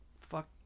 fuck